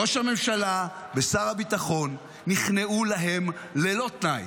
ראש הממשלה ושר הביטחון נכנעו להם ללא תנאי.